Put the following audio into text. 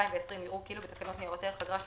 2020 יראו כאילו בתקנות ניירות ערך (אגרה שנתית),